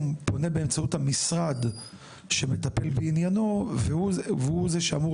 פונה באמצעות המשרד שמטפל בעניינו והוא זה שאמור